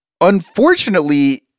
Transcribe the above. unfortunately